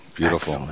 Beautiful